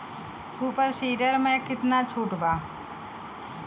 Super seeder मै कितना छुट बा?